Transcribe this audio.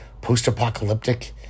Post-apocalyptic